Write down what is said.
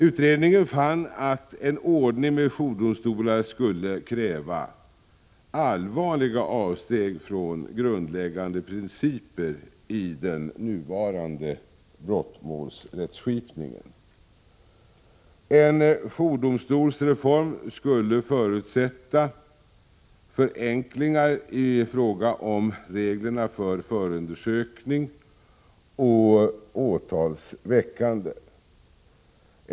Utredningen fann att en ordning med jourdomstolar skulle kräva allvarliga avsteg från grundläggande principer i den nuvarande brottsmålsrättsskip — Prot. 1986/87:130 ningen. En jourdomstolsreform skulle förutsätta förenklingar i fråga om 25 maj 1987 reglerna för förundersökning och åtals väckande.